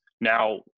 now